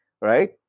right